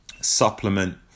supplement